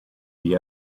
gli